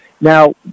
Now